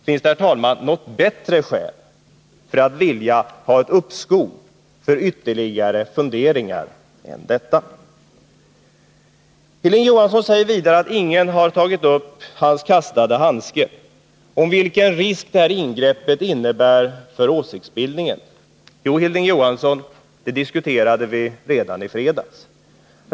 Finns det, herr talman, något bättre skäl att vilja ha ett uppskov för att få tillfälle till ytterligare funderingar än detta? Hilding Johansson säger vidare att ingen har tagit upp den handske han kastade när det gäller vilken risk det här ingreppet innebär för åsiktsbildningen. Jo, Hilding Johansson, det diskuterade vi redan i fredags.